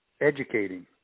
educating